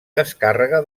descàrrega